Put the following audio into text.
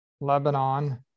Lebanon